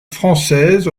françaises